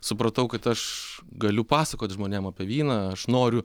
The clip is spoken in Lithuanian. supratau kad aš galiu pasakot žmonėm apie vyną aš noriu